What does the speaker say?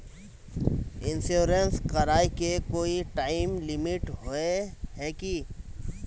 Insurance कराए के कोई टाइम लिमिट होय है की?